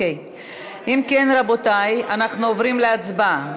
אם כן, רבותי, אנחנו עוברים להצבעה.